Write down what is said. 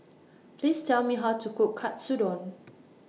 Please Tell Me How to Cook Katsudon